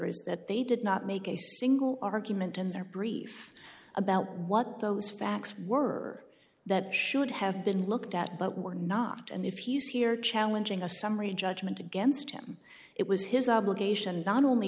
is that they did not make a single argument in their brief about what those facts were that should have been looked at but were not and if he's here challenging a summary judgment against him it was his obligation not only